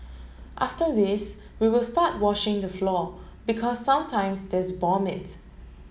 after this we will start washing the floor because sometimes there's vomit